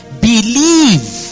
believe